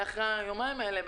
אחרי היומיים האלה,